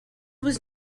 was